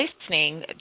listening